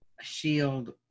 shield